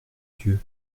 dieu